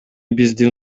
биздин